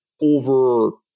over